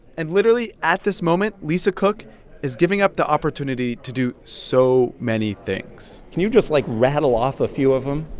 and literally at this moment, lisa cook is giving up the opportunity to do so many things can you just, like, rattle off a few of them?